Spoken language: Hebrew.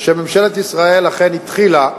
ישראל אכן התחילה,